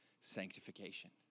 sanctification